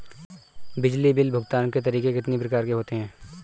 बिजली बिल भुगतान के तरीके कितनी प्रकार के होते हैं?